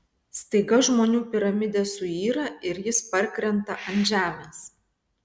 staiga žmonių piramidė suyra ir jis parkrenta ant žemės